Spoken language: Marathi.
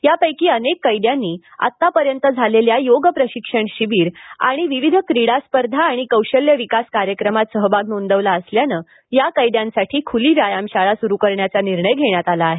यापैकी अनेक कैद्यांनी आत्तापर्यंत झालेल्या योग प्रशिक्षण शिबीर त्याचबरोबर विविध क्रीडा स्पर्धा आणि कौशल्य विकास कार्यक्रमात सहभाग नोंदवला असल्यानं या कैद्यांसाठी खुली व्यायामशाळा सुरु करण्याचा निर्णय घेण्यात आला आहे